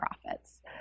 profits